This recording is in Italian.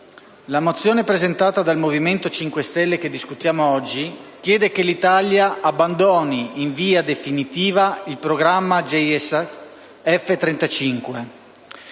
la mozione presentata dal Movimento 5 Stelle, che discutiamo oggi, chiede che l'Italia abbandoni in via definitiva il programma JSF per